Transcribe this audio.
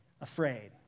afraid